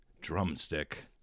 drumstick